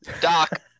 Doc